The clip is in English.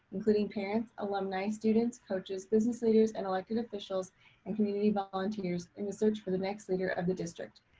including parents, alumni, students, coaches, business leaders, and elected officials and community volunteers in a search for the next leader of the district.